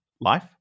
life